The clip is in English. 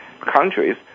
countries